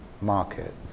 market